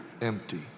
empty